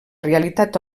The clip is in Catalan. realitat